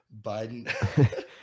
biden